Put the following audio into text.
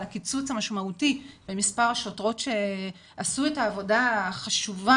על הקיצוץ המשמעותי במספר השוטרות שעשו את העבודה החשובה